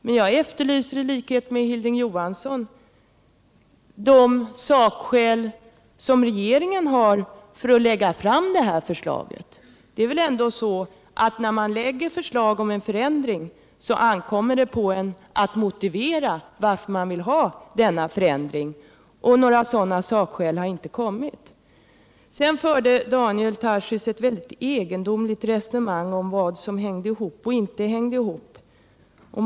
Men jag efterlyser i likhet med Hilding Johansson de sakskäl regeringen har för att lägga fram förslaget. När man lägger fram förslag om en förändring, så ankommer det på en att motivera varför man vill ha denna förändring, men regeringen har inte gett några sådana motiveringar. Daniel Tarschys förde ett mycket egendomligt resonemang om vad som hängde ihop och vad som inte hängde ihop.